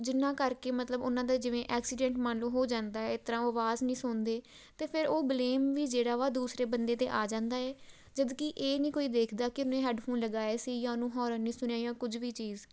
ਜਿਨ੍ਹਾਂ ਕਰਕੇ ਮਤਲਬ ਉਹਨਾਂ ਦਾ ਜਿਵੇਂ ਐਕਸੀਡੈਂਟ ਮੰਨ ਲਓ ਹੋ ਜਾਂਦਾ ਹੈ ਇਸ ਤਰ੍ਹਾਂ ਉਹ ਆਵਾਜ਼ ਨਹੀਂ ਸੁਣਦੇ ਅਤੇ ਫਿਰ ਉਹ ਬਲੇਮ ਵੀ ਜਿਹੜਾ ਵਾ ਦੂਸਰੇ ਬੰਦੇ 'ਤੇ ਆ ਜਾਂਦਾ ਹੈ ਜਦੋਂ ਕਿ ਇਹ ਨਹੀਂ ਕੋਈ ਵੇਖਦਾ ਕਿ ਉਹਨੇ ਹੈੱਡਫੋਨ ਲਗਾਏ ਸੀ ਜਾਂ ਉਹਨੂੰ ਹੋਰਨ ਨਹੀਂ ਸੁਣਿਆ ਜਾਂ ਕੁਝ ਵੀ ਚੀਜ਼